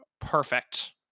perfect